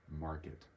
market